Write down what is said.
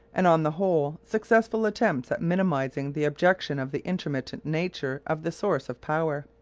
and, on the whole, successful attempts at minimising the objection of the intermittent nature of the source of power.